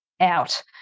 out